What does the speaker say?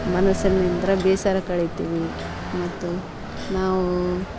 ಮನಸ್ಸಿನಿಂದ ಬೇಸರ ಕಳೀತೀವಿ ಮತ್ತು ನಾವು